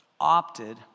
opted